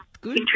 good